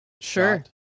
sure